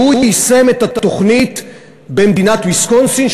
והוא יישם את התוכנית במדינת ויסקונסין,